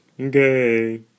Okay